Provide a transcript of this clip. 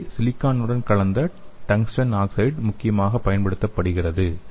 இங்கே சிலிக்கானுடன் கலந்த டங்ஸ்டன் ஆக்சைடு முக்கியமாக பயன்படுத்தப்படுகிறது